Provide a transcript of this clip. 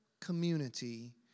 community